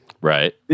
Right